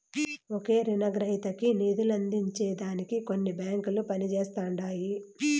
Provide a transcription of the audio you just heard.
ఒకే రునగ్రహీతకి నిదులందించే దానికి కొన్ని బాంకిలు పనిజేస్తండాయి